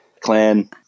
clan